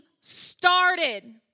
started